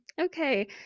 okay